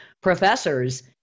professors